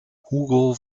hugo